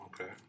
Okay